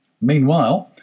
Meanwhile